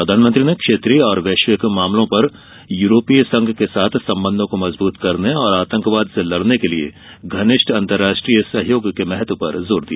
प्रधानमंत्री ने क्षेत्रीय और वैश्विक मामलों पर यूरोपीय संघ के साथ संबंधों को मजबूत करने और आतंकवाद से लडने के लिए घनिष्ठ अंतरराष्ट्रीय सहयोग के महत्व पर जोर दिया